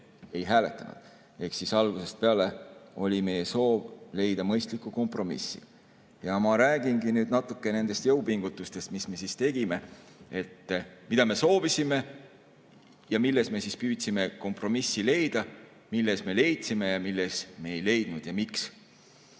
ei hääletanud ehk siis algusest peale oli meil soov leida mõistlikku kompromissi. Ma räägingi nüüd natuke nendest jõupingutustest, mis me tegime, mida me soovisime ja milles me püüdsime kompromissi leida, ning milles me leidsime, milles me ei leidnud ja